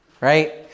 right